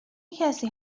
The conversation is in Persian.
کسی